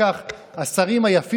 קודם כול, זה לא שעתיים וחצי.